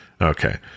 Okay